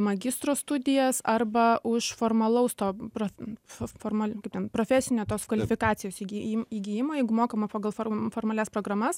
magistro studijas arba už formalaus to prof formalių kaip ten profesinio tos kvalifikacijos įgijim įgijimą jeigu mokama pagal form formalias programas